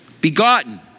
Begotten